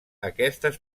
aquestes